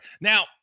Now